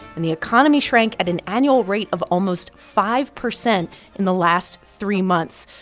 and the economy shrank at an annual rate of almost five percent in the last three months.